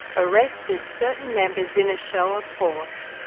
arrested certain members in a show of force.